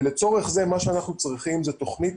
לצורך זה מה שאנחנו צריכים זאת תוכנית